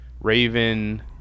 Raven